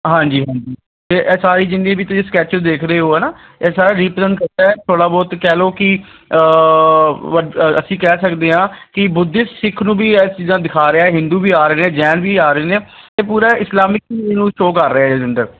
ਹਾਂਜੀ ਹਾਂਜੀ ਅਤੇ ਇਹ ਸਾਰੀ ਜਿੰਨੀ ਵੀ ਤੁਸੀਂ ਸਕੈਚ ਦੇਖ ਰਹੇ ਹੋ ਹੈ ਨਾ ਇਹ ਸਾਰਾ ਰੀਪ੍ਰਜੈਂਟ ਕਰਦਾ ਥੋੜ੍ਹਾ ਬਹੁਤ ਕਹਿ ਲਓ ਕਿ ਅਸੀਂ ਕਹਿ ਸਕਦੇ ਹਾਂ ਕਿ ਬੁੱਧਿਸਟ ਸਿੱਖ ਨੂੰ ਵੀ ਇਹ ਚੀਜ਼ਾਂ ਦਿਖਾ ਰਿਹਾ ਹਿੰਦੂ ਵੀ ਆ ਰਹੇ ਨੇ ਜੈਨ ਵੀ ਆ ਰਹੇ ਨੇ ਇਹ ਪੂਰਾ ਇਲਸਲਾਮਿਕ ਨੂੰ ਸ਼ੋਅ ਕਰ ਰਿਹਾ ਇਹਦੇ ਅੰਦਰ